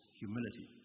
humility